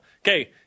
Okay